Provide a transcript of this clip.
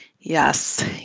Yes